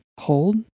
Hold